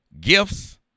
gifts